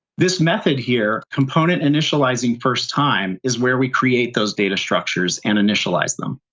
this method here, componentinitializingfirsttime, is where we create those data structures and initialize them.